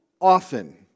often